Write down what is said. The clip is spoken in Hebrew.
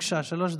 בבקשה, שלוש דקות.